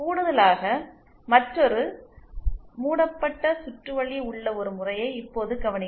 கூடுதலாக மற்றொரு மூடப்பட்ட சுற்று வழி உள்ள ஒரு முறையை இப்போது கவனியுங்கள்